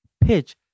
pitch